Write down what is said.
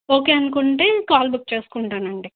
okay అనుకుంటే call book చేసుకుంటానండి